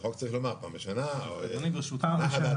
בחוק צריך לומר פעם בשנה, או נחה דעתנו.